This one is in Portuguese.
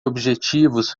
objetivos